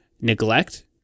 neglect